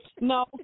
No